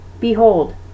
Behold